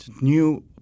New